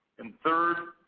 and third,